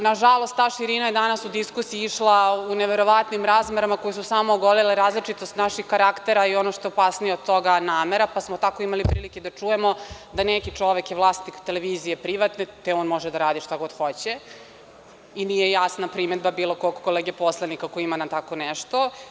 Nažalost, ta širina je danas u diskusiji išla u neverovatnim razmerama koju su samo ogolele različitost naših karaktera i ono što opasnije od toga, namera, pa smo tako imali prilike da čujemo da neki čovek je vlasnik televizije privatne, te on može da radi šta god hoće i nije jasna primedba bilo kog kolege poslanika koji ima tako nešto.